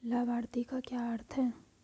लाभार्थी का क्या अर्थ है?